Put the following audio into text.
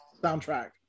soundtrack